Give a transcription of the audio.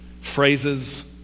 phrases